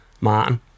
Martin